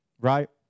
Right